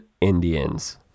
Indians